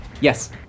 Yes